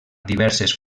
diverses